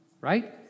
Right